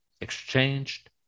exchanged